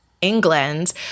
England